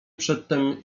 przedtem